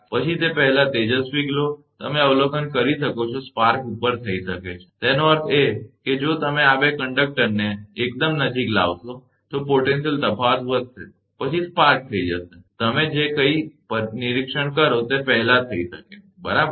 પછી તે પહેલાં તેજસ્વી ગ્લો તમે અવલોકન કરી શકો છો સ્પાર્ક ઉપર થઈ શકે છે તેનો અર્થ એ કે જો તમે બે કંડક્ટરને તેની એકદમ નજીક લાવશો તો પોટેન્શિયલ તફાવત વધશે પછી સ્પાર્ક થઈ જશે તમે જે કંઈ પણ નિરીક્ષણ કરો તે પહેલાં થઇ શકે બરાબર